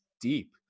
deep